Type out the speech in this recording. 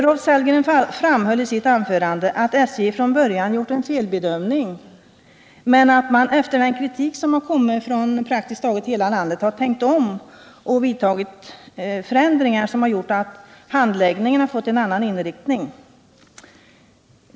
Rolf Sellgren framhöll i sitt anförande att SJ från början gjort en felbedömning, men att man efter den kritik som har framförts från praktiskt taget hela landet har tänkt om och vidtagit förändringar som gjort att handläggningen har fått en annan inriktning.